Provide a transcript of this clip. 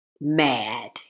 mad